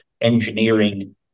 engineering